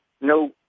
no